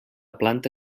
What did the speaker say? planta